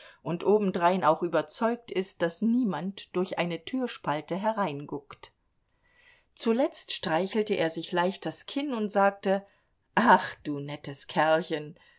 und obendrein auch überzeugt ist daß niemand durch eine türspalte hereinguckt zuletzt streichelte er sich leicht das kinn und sagte ach du nettes kerlchen